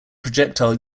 projectile